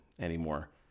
anymore